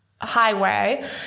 highway